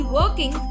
working